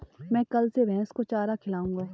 मैं कल से भैस को चारा खिलाऊँगा